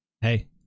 Hey